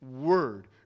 Word